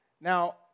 Now